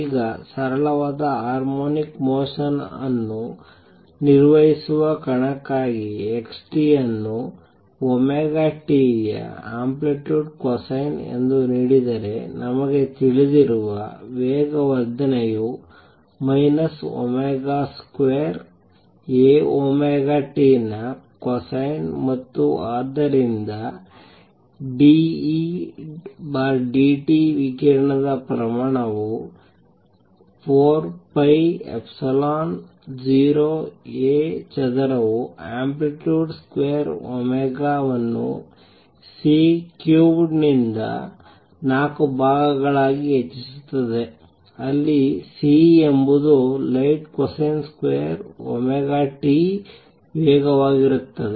ಈಗ ಸರಳವಾದ harmonic motion ಅನ್ನು ನಿರ್ವಹಿಸುವ ಕಣಕ್ಕಾಗಿ xt ಅನ್ನು ಒಮೆಗಾ t ಯ ಆಂಪ್ಲಿಟ್ಯೂಡ್ ಕೊಸೈನ್ ಎಂದು ನೀಡಿದರೆ ನಮಗೆ ತಿಳಿದಿರುವ ವೇಗವರ್ಧನೆಯು minus omega square A omega t ನ ಕೊಸೈನ್ ಮತ್ತು ಆದ್ದರಿಂದ d E d t ವಿಕಿರಣದ ಪ್ರಮಾಣವು 4 ಪೈ ಎಪ್ಸಿಲಾನ್ 0 A ಚದರವು ಆಂಪ್ಲಿಟ್ಯೂಡ್ ಸ್ಕ್ವೇರ್ ಒಮೆಗಾ ವನ್ನು C ಕ್ಯೂಬ್ಡ್ ನಿಂದ 4 ಭಾಗಗಳಾಗಿ ಹೆಚ್ಚಿಸುತ್ತದೆ ಅಲ್ಲಿ C ಎಂಬುದು light cosine square omega t ವೇಗವಾಗಿರುತ್ತದೆ